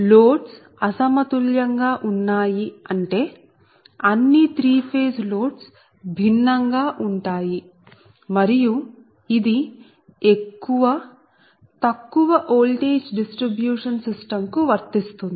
loads అసమతుల్యంగా ఉన్నాయి అంటే అన్నీ 3 ఫేజ్ లోడ్స్ భిన్నంగా ఉంటాయి మరియు ఇది ఎక్కువ తక్కువ ఓల్టేజ్ డిస్ట్రిబ్యూషన్ సిస్టం కు వర్తిస్తుంది